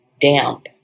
damp